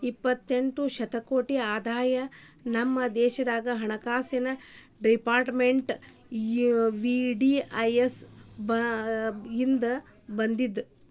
ಎಪ್ಪತ್ತೆಂಟ ಶತಕೋಟಿ ಆದಾಯ ನಮ ದೇಶದ್ ಹಣಕಾಸಿನ್ ಡೆಪಾರ್ಟ್ಮೆಂಟ್ಗೆ ವಿ.ಡಿ.ಐ.ಎಸ್ ಇಂದ್ ಬಂದಿತ್